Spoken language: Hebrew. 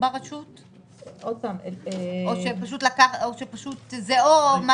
ברשות חישוב, כי זה או מה